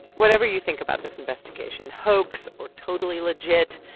whatever you think about this investigation, hoax or totally legit,